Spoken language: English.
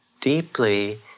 deeply